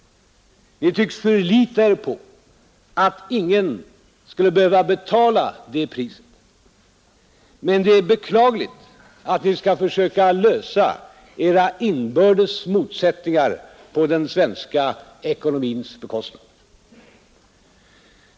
Ni tycks förlita er på att ingen skulle behöva betala det priset. Men det är beklagligt att ni skall försöka lösa era inbördes motsättningar på den svenska ekonomins bekostnad.